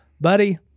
buddy